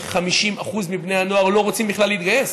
ש-50% מבני הנוער לא רוצים בכלל להתגייס,